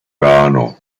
ráno